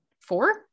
four